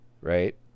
Right